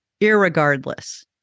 Irregardless